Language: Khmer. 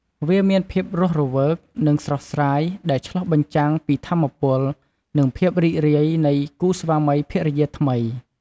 វាមានភាពរស់រវើក និងស្រស់ស្រាយ ដែលឆ្លុះបញ្ចាំងពី ថាមពល និងភាពរីករាយ នៃគូស្វាមីភរិយាថ្មី។